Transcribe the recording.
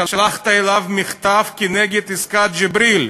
שלחת אליו מכתב כנגד עסקת ג'יבריל,